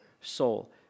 soul